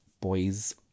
boys